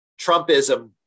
Trumpism